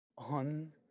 on